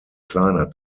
kleiner